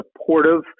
supportive